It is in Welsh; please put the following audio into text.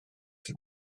sut